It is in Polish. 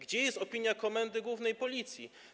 Gdzie jest opinia Komendy Głównej Policji?